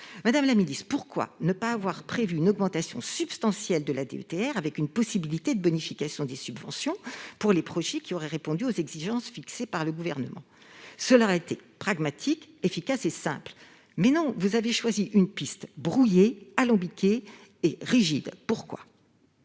Madame la secrétaire d'État, pourquoi ne pas avoir prévu une augmentation substantielle de la DETR, avec une possibilité de bonification des subventions pour les projets qui auraient répondu aux exigences fixées par le Gouvernement ? Cela aurait été pragmatique, efficace et simple. Vous avez choisi une piste brouillée, alambiquée et rigide. Pourquoi ?